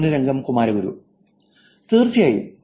പൊന്നുരംഗം കുമാരഗുരു തീർച്ചയായും